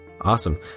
Awesome